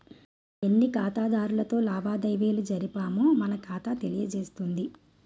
ఎన్ని ఖాతాదారులతో లావాదేవీలు జరిపామో మన ఖాతా తెలియజేస్తుంది